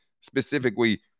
specifically